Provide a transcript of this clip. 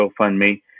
GoFundMe